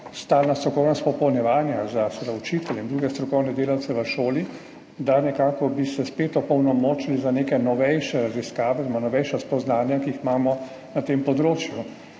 stalna strokovna izpopolnjevanja za učitelje in druge strokovne delavce v šoli, da bi se spet opolnomočili z nekimi novejšimi raziskavami, novejšimi spoznanji, ki jih imamo na tem področju.